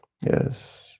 yes